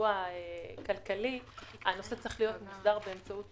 סיוע כלכלי הנושא צריך להיות מוסדר באמצעות